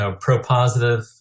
pro-positive